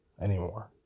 anymore